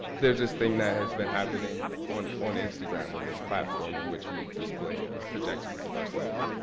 there's this thing that has been happening on on instagram, on this platform in which we display projections of ourselves,